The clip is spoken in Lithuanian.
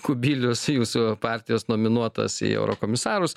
kubilius jūsų partijos nominuotas į eurokomisarus